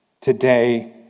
today